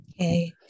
Okay